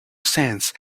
sands